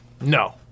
No